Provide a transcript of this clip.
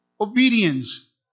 Obedience